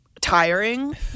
tiring